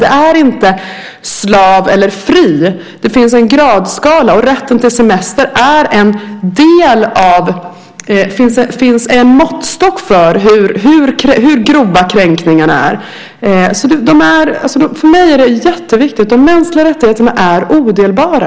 Det är inte slav eller fri, utan det finns en gradskala, och rätten till semester är en del av detta. Det finns en måttstock för hur grova kränkningarna är. För mig är detta jätteviktigt. De mänskliga rättigheterna är odelbara.